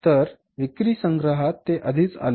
तर विक्री संग्रहात ते आधीच आले आहे